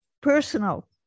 Personal